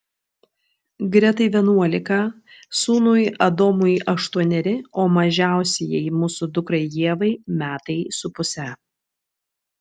gretai vienuolika sūnui adomui aštuoneri o mažiausiajai mūsų dukrai ievai metai su puse